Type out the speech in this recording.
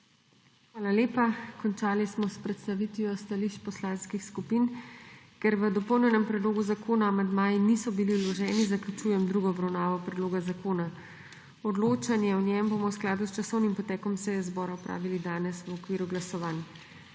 Hvala lepa. Končali smo s predstavitvijo stališč poslanskih skupin. Ker k dopolnjenemu predlogu zakona amandmaji niso bili vloženi, zaključujem drugo obravnavo predloga zakona. Odločanje o njem bomo v skladu s časovnim potekom seje zbora opravili danes, v okviru glasovanj.